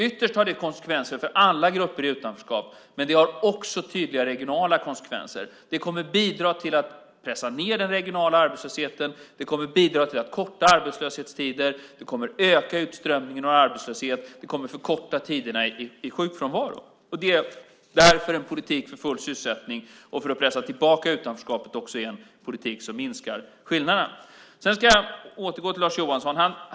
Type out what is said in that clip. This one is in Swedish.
Ytterst har det konsekvenser för alla grupper i utanförskap, men det har också tydliga regionala konsekvenser. Det kommer att bidra till att pressa ned den regionala arbetslösheten. Det kommer att bidra till att korta arbetslöshetstider. Det kommer att öka utströmning ur arbetslöshet. Det kommer att förkorta tiderna i sjukfrånvaro. Därför är en politik för full sysselsättning och för att pressa tillbaka utanförskapet också en politik som minskar skillnaderna. Sedan ska jag återgå till Lars Johansson.